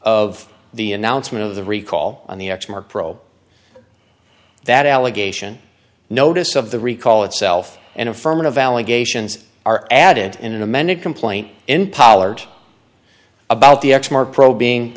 of the announcement of the recall on the x more pro that allegation notice of the recall itself and affirmative allegations are added in an amended complaint in pollard about the ex more probing